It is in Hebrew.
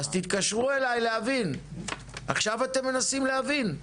אז תתקשרו אליי להבין, עכשיו אתם מנסים להבין?